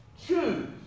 choose